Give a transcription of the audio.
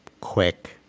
quick